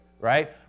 right